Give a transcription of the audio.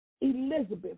Elizabeth